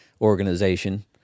organization